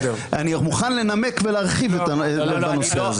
אני מוכן לנמק ולהרחיב בנושא הזה.